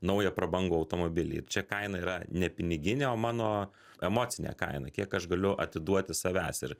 naują prabangų automobilį čia kaina yra ne piniginė o mano emocinė kaina kiek aš galiu atiduoti savęs ir